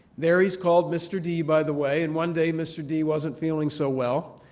there he's called mr. d, by the way. and one day, mr. d wasn't feeling so well.